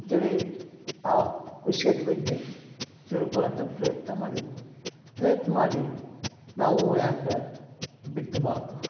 ಅಂಥೇಳಿ ಆ ವಿಷ್ಯದ ಬಗ್ಗೆ ತಿಳ್ಕೊಳ್ಳೋಕ್ಕೆ ಪ್ರಯತ್ನ ಮಾಡಿದ್ವಿ ಪ್ರಯತ್ನ ಮಾಡಿ ನಾವು ಯಾಕೆ ಬಿತ್ತಬಾರ್ದು